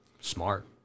smart